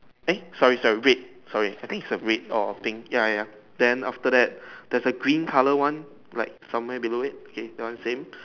eh sorry sorry red sorry I think is a red or pink ya ya ya then after that there is a green color one like somewhere below it okay that one same